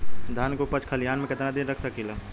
धान के उपज खलिहान मे कितना दिन रख सकि ला?